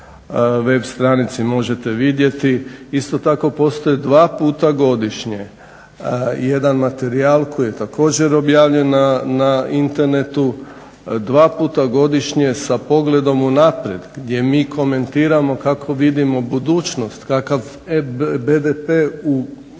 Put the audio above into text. web stranici, možete vidjeti. Isto tako postoje dva puta godišnje. Jedan materijal koji je također objavljen na internetu, dva puta godišnje sa pogledom unaprijed gdje mi komentiramo kako vidimo budućnost, kakav BDP u sljedećem